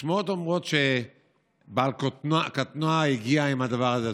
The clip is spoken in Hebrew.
השמועות אומרות, שבעל קטנוע הגיע עם הדבר הזה.